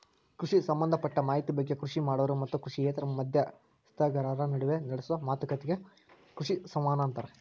ಕೃಷಿ ಸಂಭದಪಟ್ಟ ಮಾಹಿತಿ ಬಗ್ಗೆ ಕೃಷಿ ಮಾಡೋರು ಮತ್ತು ಕೃಷಿಯೇತರ ಮಧ್ಯಸ್ಥಗಾರರ ನಡುವ ನಡೆಸೋ ಮಾತುಕತಿಗೆ ಕೃಷಿ ಸಂವಹನ ಅಂತಾರ